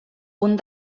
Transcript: punt